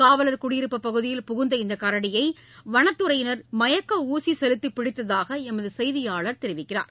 காவலர் குடியிருப்பு பகுதியில் புகுந்த இந்த கரடியை வனத்துறையினர் மயக்க ஊசி செலுத்தி பிடித்ததாக எமது செய்தியாளர் தெரிவிக்கிறார்